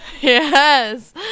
yes